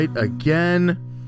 Again